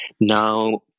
Now